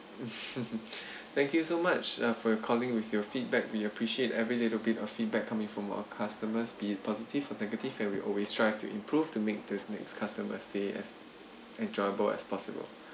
thank you so much uh for your calling with your feedback we appreciate every little bit of feedback coming from our customers be it positive or negative where we always strive to improve to make the next customer stay as enjoyable as possible